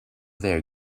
there